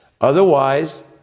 Otherwise